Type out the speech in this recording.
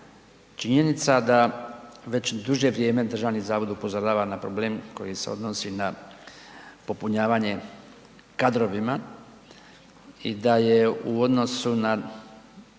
činjenica da već duže vrijeme Državni zavod upozorava na problem koji se odnosi na popunjavanje kadrovima i da je u odnosu na